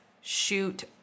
shoot